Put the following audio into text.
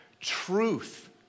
truth